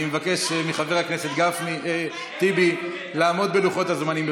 אני מבקש מחבר הכנסת טיבי לעמוד בלוחות הזמנים,